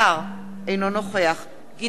אינו נוכח גדעון עזרא,